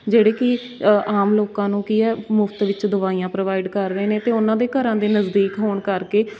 ਜਿਹੜੇ ਕਿ ਆਮ ਲੋਕਾਂ ਨੂੰ ਕੀ ਹੈ ਮੁਫ਼ਤ ਵਿੱਚ ਦਵਾਈਆਂ ਪ੍ਰੋਵਾਇਡ ਕਰ ਰਹੇ ਨੇ ਅਤੇ ਉਹਨਾਂ ਦੇ ਘਰਾਂ ਦੇ ਨਜ਼ਦੀਕ ਹੋਣ ਕਰਕੇ